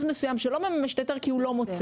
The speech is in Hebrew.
מסוים שלא מממש את ההיתר כי הוא לא מוצא?